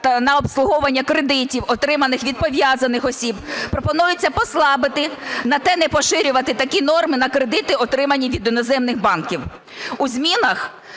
на обслуговування кредитів, отриманих від пов'язаних осіб, пропонується послабити, зате не поширювати такі норми на кредити, отримані від іноземних банків. У змінах